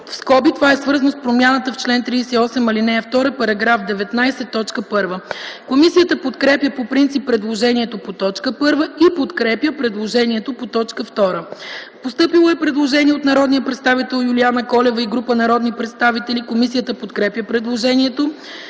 ал. 2” (това е свързано и с промяната в чл.38, ал. 2 -§ 19, т. 1).” Комисията подкрепя по принцип предложението по т. 1 и подкрепя предложението по т. 2. Постъпило е предложение от народния представител Юлиана Колева и група народни представители. Комисията подкрепя предложението.